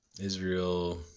Israel